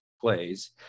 plays